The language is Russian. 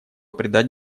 придать